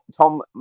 Tom